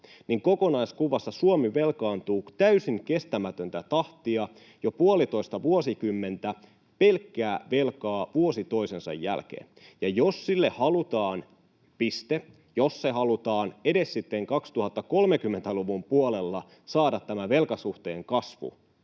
niin kokonaiskuvassa Suomi velkaantuu täysin kestämätöntä tahtia — jo puolitoista vuosikymmentä pelkkää velkaa vuosi toisensa jälkeen. Ja jos sille halutaan piste, jos halutaan edes sitten 2030-luvun puolella saada tämä velkasuhteen kasvu,